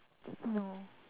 no